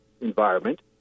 environment